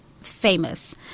famous